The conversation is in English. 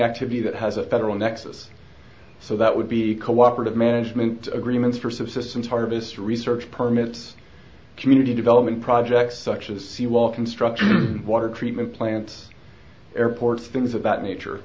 activity that has a federal nexus so that would be cooperative management agreements for subsistence harvest research permits community development projects such as sea wall construction water treatment plants airports things about nature